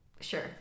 Sure